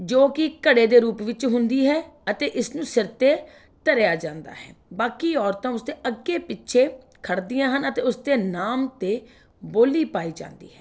ਜੋ ਕਿ ਘੜੇ ਦੇ ਰੂਪ ਵਿੱਚ ਹੁੰਦੀ ਹੈ ਅਤੇ ਇਸ ਨੂੰ ਸਿਰ 'ਤੇ ਧਰਿਆ ਜਾਂਦਾ ਹੈ ਬਾਕੀ ਔਰਤਾਂ ਉਸ ਦੇ ਅੱਗੇ ਪਿੱਛੇ ਖੜ੍ਹਦੀਆਂ ਹਨ ਅਤੇ ਉਸ ਦੇ ਨਾਮ 'ਤੇ ਬੋਲੀ ਪਾਈ ਜਾਂਦੀ ਹੈ